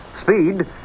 Speed